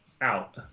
out